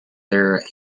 their